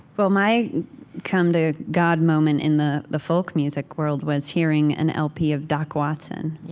well, my come to god moment in the the folk music world was hearing an lp of doc watson